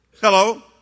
Hello